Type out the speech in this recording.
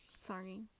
Sorry